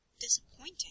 disappointing